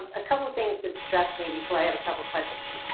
a couple things that struck me before i have a couple questions.